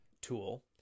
tool